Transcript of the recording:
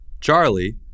Charlie